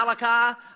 Malachi